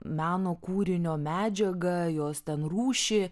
meno kūrinio medžiagą jos ten rūšį